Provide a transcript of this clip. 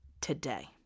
today